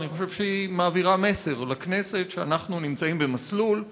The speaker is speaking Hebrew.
ואני חושב שהיא מעבירה מסר לכנסת שאנחנו נמצאים במסלול מוסכם,